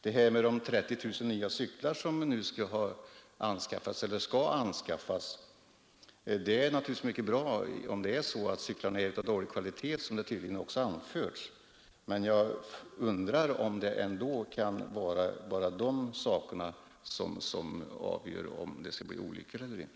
Det har sagts att man nu skall anskaffa 30 000 nya cyklar, och det är naturligtvis mycket bra, om de cyklar som nu finns är av dålig kvalitet, vilket man har påstått. Men jag tror inte att det bara är den saken som är avgörande för om olyckor inträffar eller inte.